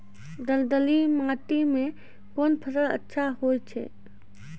दलदली माटी म कोन फसल अच्छा होय छै?